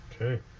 Okay